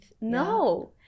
No